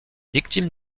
victime